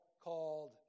called